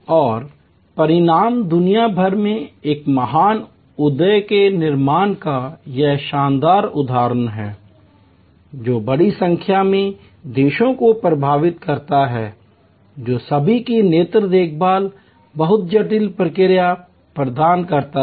और परिणाम दुनिया भर में एक महान उद्यम के निर्माण का यह शानदार उदाहरण है जो बड़ी संख्या में देशों को प्रभावित करता है जो सभी प्रकार की नेत्र देखभाल बहुत जटिल प्रक्रियाएं प्रदान करता है